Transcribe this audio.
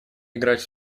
играть